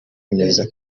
bemeza